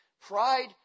pride